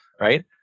right